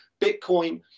Bitcoin